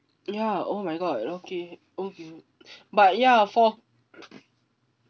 ya oh my god okay okay but ya for